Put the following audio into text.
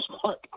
smart